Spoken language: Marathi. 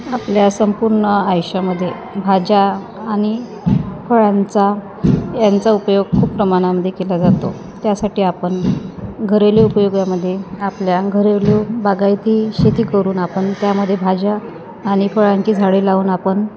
आपल्या संपूर्ण आयुष्यामध्ये भाज्या आणि फळांचा यांचा उपयोग खूप प्रमाणामध्ये केला जातो त्यासाठी आपण घरेलू उपयोगामध्ये आपल्या घरेलू बागायती शेती करून आपण त्यामध्ये भाज्या आणि फळांची झाडे लावून आपण